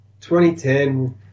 2010